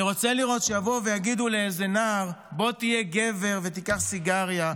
אני רוצה לראות שיבואו ויגידו לאיזה נער: בוא תהיה גבר ותיקח סיגריה,